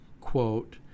quote